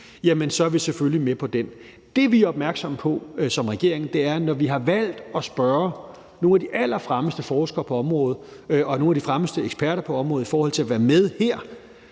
i, er vi selvfølgelig med på den. Det, vi er opmærksomme på som regering, er, at når vi har valgt at spørge nogle af de allerfremmeste forskere på området og nogle af de fremmeste eksperter på området i forhold til at være med her,